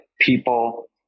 people